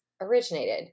originated